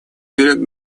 перед